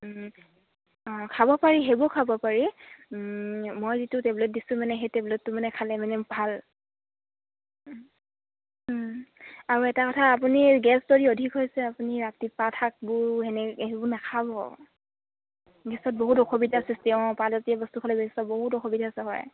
অঁ খাব পাৰি সেইবোৰ খাব পাৰি মই যিটো টেবলেট দিছোঁ মানে সেই টেবলেটটো মানে খালে মানে ভাল আৰু এটা কথা আপুনি গেছ যদি অধিক হৈছে আপুনি ৰাতি পাত শাকবোৰ সেনেকে সেইবোৰ নাখাব গেছত বহুত অসুবিধা সৃষ্টি অঁ পাতজাতীয় বস্তু খালে বহুত অসুবিধা হয়